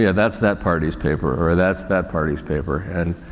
yeah that's that party's paper or that's that party's paper. and,